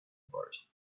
boat